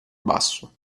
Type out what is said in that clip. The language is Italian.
basso